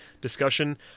discussion